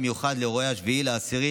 באירועי 7 באוקטובר במיוחד,